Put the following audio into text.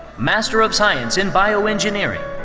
master of science in bioengineering,